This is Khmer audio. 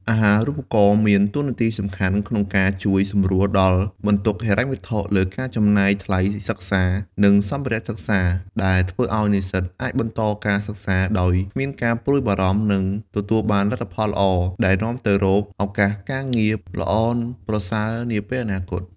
អាហារូបករណ៍មានតួនាទីសំខាន់ក្នុងការជួយសម្រួលដល់បន្ទុកហិរញ្ញវត្ថុលើការចំណាយថ្លៃសិក្សានិងសម្ភារៈសិក្សា ដែលធ្វើឲ្យនិស្សិតអាចបន្តការសិក្សាដោយគ្មានការព្រួយបារម្ភ និងទទួលបានលទ្ធផលល្អ ដែលនាំទៅរកឱកាសការងារល្អប្រសើរនាពេលអនាគត។